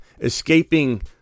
escaping